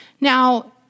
Now